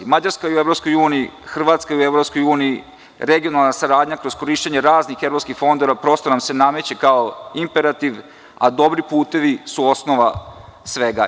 Mađarska je u EU, Hrvatska je u EU i regionalna saradnja kroz korišćenje raznih evropskih fondova prosto nam se nameće kao imperativ, a dobri putevi su osnov svega.